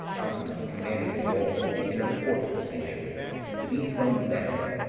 alcimus commanded the walls of the inner court of the sanctuary to be thrown down,